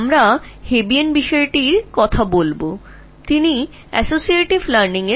আমরা হেব্বিয়ান বিষয় সম্পর্কে কথা বলব এবং তিনি associative learning ধারণাটি সামনে এনেছিলেন